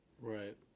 right